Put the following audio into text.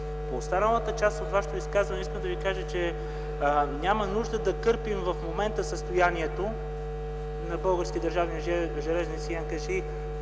По останалата част от Вашето изказване искам да Ви кажа, че няма нужда да кърпим в момента състоянието на „Български държавни железници” –